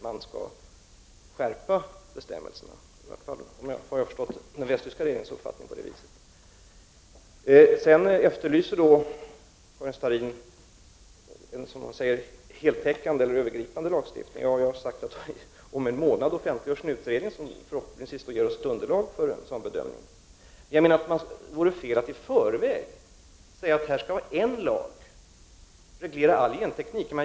Jag har i varje fall förstått den västtyska regeringens uppfattning på det sättet. Karin Starrin efterlyser vidare en heltäckande och övergripande lagstiftning. Jag har sagt att om en månad offentliggörs en utredning som förhoppningsvis kommer att ge oss underlag för en sådan bedömning. Det vore fel att i förväg säga att en lag skall reglera all genteknik.